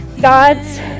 god's